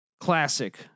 classic